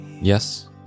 yes